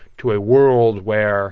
to a world where